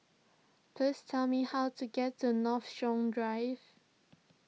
please tell me how to get to Northshore Drive